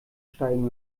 steigen